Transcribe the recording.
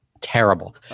terrible